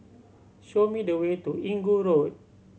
show me the way to Inggu Road